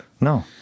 No